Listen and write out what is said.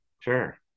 Sure